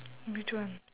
which one